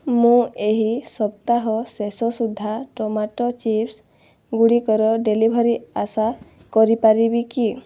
ମୁଁ ଏହି ସପ୍ତାହ ଶେଷ ସୁଦ୍ଧା ଟମାଟୋ ଚିପ୍ସ ଗୁଡ଼ିକର ଡେଲିଭରି ଆଶା କରିପାରିବି କି